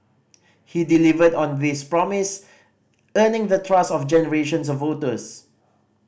he delivered on this promise earning the trust of generations of voters